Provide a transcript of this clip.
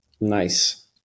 Nice